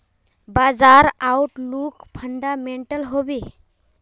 बाजार outlook fundamental हैवै?